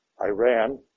Iran